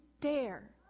dare